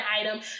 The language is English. item